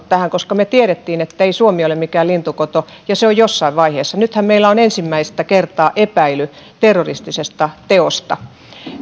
tähän koska me tiesimme ettei suomi ole mikään lintukoto ja että se tulee jossain vaiheessa nythän meillä on ensimmäistä kertaa epäily terroristisesta teosta